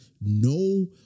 no